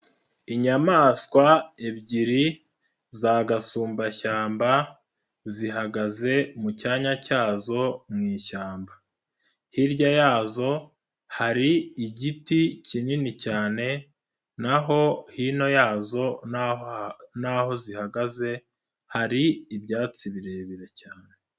Inyamaswa ebyiri za gasumbashyamba, zihagaze mu cyanya cyazo mu ishyamba. Hirya yazo hari igiti kinini cyane na ho hino yazo n'aho zihagaze, hari ibyatsi birebire cyane.